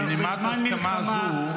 שאנחנו בזמן מלחמה,